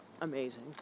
amazing